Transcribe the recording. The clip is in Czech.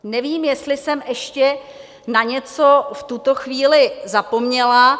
Nevím, jestli jsem ještě na něco v tuto chvíli zapomněla.